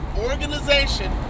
organization